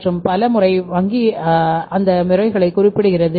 மற்றும் பல முறை வங்கி அந்த முறைகளைக் குறிப்பிடுகிறது